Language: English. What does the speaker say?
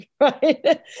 right